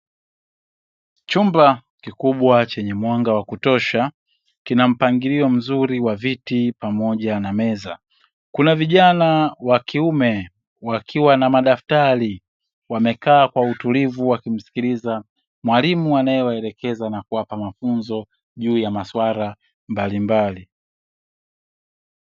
Chumba kikubwa chenye mwanga wa kutosha kina mpangilio mzuri wa viti pamoja na meza, kuna vijana wa kiume wakiwa na madaftari wamekaa kwa utulivu wakimskiliza mwalimu anayewaelekeza na kuwapa mafunzo juu ya masuala mbalimbali.